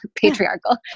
patriarchal